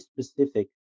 specific